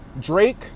Drake